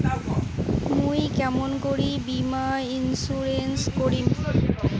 মুই কেমন করি বীমা ইন্সুরেন্স করিম?